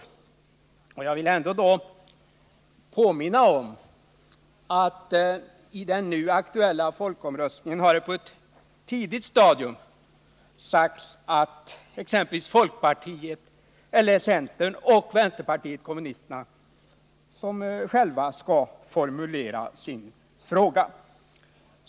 Jag vill då påminna om att när det gäller denna folkomröstning har det på ett tidigt stadium sagts att exempelvis centern och vänsterpartiet kommunisterna själva skall formulera sin fråga.